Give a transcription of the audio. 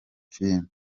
filime